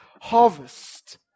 harvest